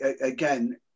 again